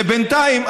ובינתיים,